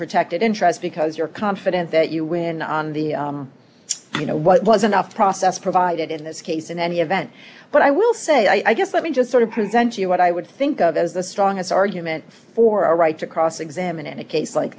protected interest because you're confident that you win on the you know what was enough process provided in this case in any event but i will say i guess let me just sort of present you what i would think of as the strongest argument for a right to cross examine in a case like